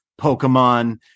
Pokemon